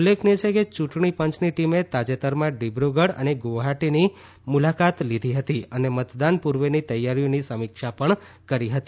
ઉલ્લેખનીય છે કે યૂંટણી પંચની ટીમે તાજેતરમાં ડિબ્રુગઢ અને ગુવાહાટીની મુલાકાત લીધી હતી અને મતદાન પૂર્વેની તૈયારીઓની સમીક્ષા પણ કીર હતી